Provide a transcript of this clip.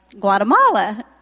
Guatemala